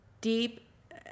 deep